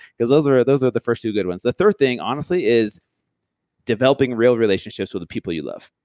because those are ah those are the first two good ones. the third thing honestly is developing real relationships with the people you love.